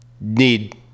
need